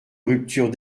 rupture